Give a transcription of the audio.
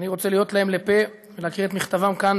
ואני רוצה להיות להם לפה ולהקריא את מכתבם כאן,